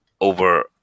over